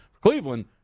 Cleveland